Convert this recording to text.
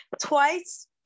twice